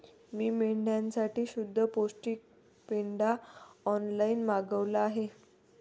मी मेंढ्यांसाठी शुद्ध पौष्टिक पेंढा ऑनलाईन मागवला आहे